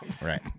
Right